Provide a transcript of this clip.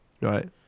Right